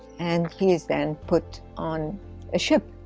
and he is then put on a ship